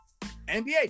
NBA